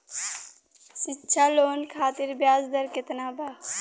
शिक्षा लोन खातिर ब्याज दर केतना बा?